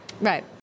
Right